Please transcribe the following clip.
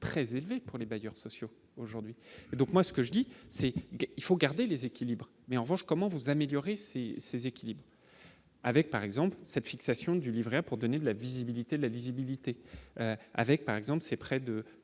très élevé pour les bailleurs sociaux aujourd'hui, donc moi ce que je dis, c'est qu'il faut garder les équilibres, mais en revanche comment vous améliorer ses ses équilibres avec par exemple cette fixation du Livret A pour donner de la visibilité de la visibilité avec, par exemple, c'est près de